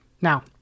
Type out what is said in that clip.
Now